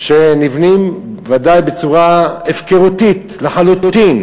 שנבנים בוודאי בצורה הפקרותית לחלוטין,